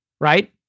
right